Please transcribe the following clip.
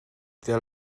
ter